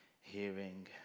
hearing